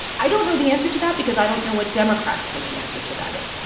i don't know the answer to that because i don't know what democrats think the answer to that is.